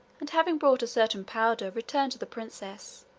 and having bought a certain powder, returned to the princess,